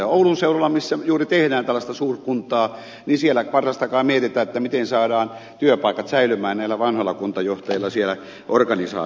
oulun seudulla missä juuri tehdään tällaista suurkuntaa parasta aikaa mietitään miten saadaan työpaikat säilymään näillä vanhoilla kuntajohtajilla siellä organisaatiossa